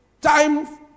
time